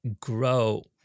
grow